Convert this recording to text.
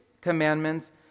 commandments